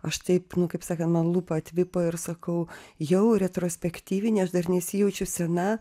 aš taip nu kaip sakan man lūpa atvipo ir sakau jau retrospektyvinė aš dar nesijaučiu sena